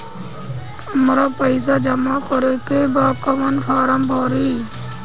हमरा पइसा जमा करेके बा कवन फारम भरी?